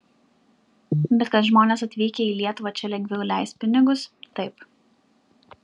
bet kad žmonės atvykę į lietuvą čia lengviau leis pinigus taip